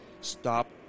stop